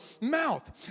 mouth